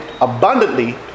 abundantly